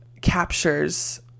captures